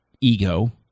ego